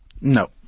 No